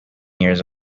years